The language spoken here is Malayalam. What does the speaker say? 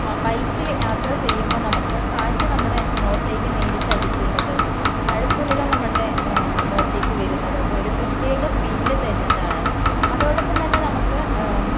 ബൈക്കിൽ യാത്ര ചെയ്യുമ്പോൾ നമുക്ക് കാറ്റ് നമ്മുടെ മുഖത്തേക്ക് നേരിട്ടടിക്കുന്നതും മഴത്തുള്ളികൾ നമ്മളുടെ മുഖത്തേക്ക് വരുന്നതൊക്കെ ഒരു പ്രത്യേക ഫീല് തരുന്നതാണ് അതോടൊപ്പംതന്നെ നമുക്ക്